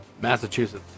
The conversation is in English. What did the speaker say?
Massachusetts